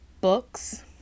books